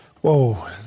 Whoa